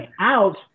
out